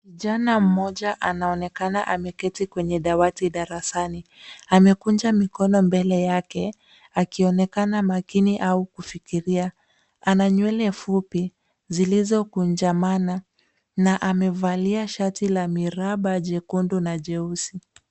Kijana mmoja anaonekana ameketi kwenye dawati darasani. Amekunja mikono mbele yake akionekana makini au kufikiria. Ana nywele fupi zilizokunjamana na amevalia shati la miraba jekundu na jeusi.